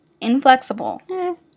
Inflexible